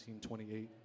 1928